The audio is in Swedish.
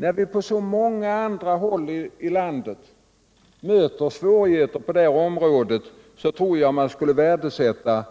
När man på så många andra håll i landet möter svårigheter på detta område borde man värdesätta